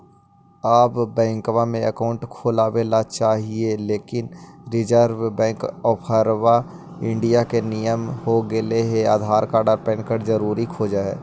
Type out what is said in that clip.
आब बैंकवा मे अकाउंट खोलावे ल चाहिए लेकिन रिजर्व बैंक ऑफ़र इंडिया के नियम हो गेले हे आधार कार्ड पैन कार्ड जरूरी खोज है?